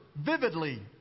vividly